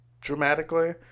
dramatically